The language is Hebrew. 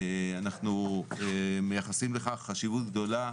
שאנחנו מייחסים לכך חשיבות גדולה.